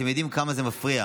ואתם יודעים כמה זה מפריע.